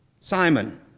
Simon